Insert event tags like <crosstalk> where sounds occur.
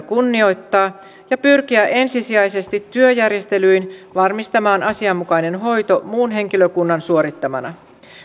<unintelligible> kunnioittaa ja pyrkiä ensisijaisesti työjärjestelyin varmistamaan asianmukainen hoito muun henkilökunnan suorittamana